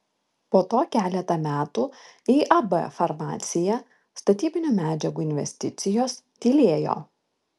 po to keletą metų iab farmacija statybinių medžiagų investicijos tylėjo